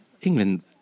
England